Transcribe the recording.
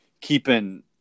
keeping